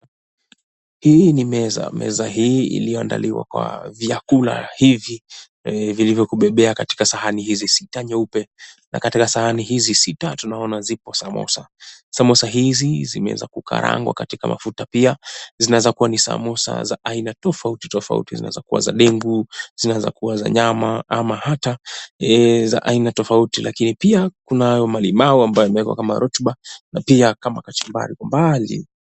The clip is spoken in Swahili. Hii ni meza, meza hii iliyoandaliwa kwa vyakula hivi vilivyokubebea katika sahani hizi sita nyeupe katika sahani hizi sita tunaona zipo samosa, samosa hizi zimeweza kukarangwa katika mafuta pia zinaweza kuwa ni samosa za aina tofauti tofauti zinaweza kuwa za dengu, zinaweza kuwa za nyama ama hata za aina tofauti lakini pia kunayo malimau ambayo yamewekwa kama rotuba pia kama kachumbari kwa mbali.